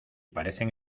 parecen